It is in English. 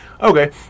Okay